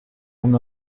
اون